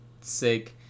sick